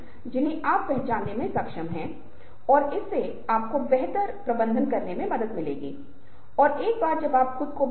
और अगर आप इसे आज़माते हैं तो शायद यह एक अच्छा विचार है क्योंकि यह आपको उस तरीके के प्रति संवेदनशीलता विकसित करने में मदद करेगा जब आप संवाद कर रहे हों